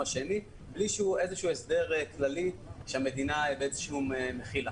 השני בלי שהיה איזשהו הסדר כללי שהמדינה מחילה.